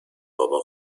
بابا